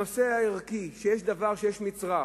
הנושא הערכי, שיש דבר, שיש מצרך